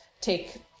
take